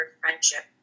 friendship